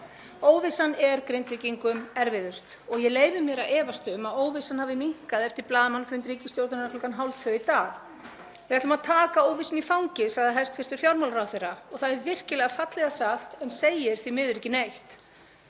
Óvissan er Grindvíkingum erfiðust og ég leyfi mér að efast um að óvissan hafi minnkað eftir blaðamannafund ríkisstjórnarinnar klukkan hálftvö í dag. Við ætlum að taka óvissuna í fangið, sagði hæstv. fjármálaráðherra. Það er virkilega fallega sagt en segir því miður ekki neitt.